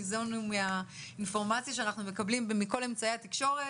ניזונו מהאינפורמציה שאנחנו מקבלים ומכל אמצעי התקשורת,